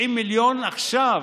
90 מיליון, עכשיו,